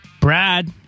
Brad